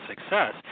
success